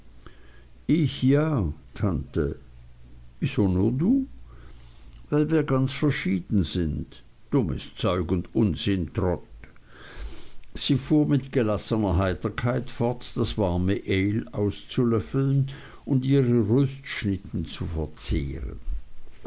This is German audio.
ich ja tante wieso nur du weil wir ganz verschieden sind dummes zeug und unsinn trot sie fuhr mit gelassener heiterkeit fort das warme ale auszulöffeln und ihre röstschnitten zu verzehren